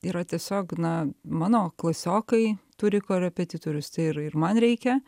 yra tiesiog na mano klasiokai turi korepetitorius tai ir ir man reikia